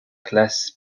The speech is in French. classes